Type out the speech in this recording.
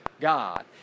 God